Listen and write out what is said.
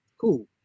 cool